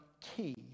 key